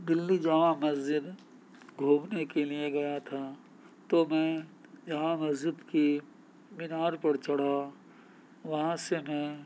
دلی جامع مسجد گھومنے کے لیے گیا تھا تو میں جامع مسجد کی مینار پر چڑھا وہاں سے میں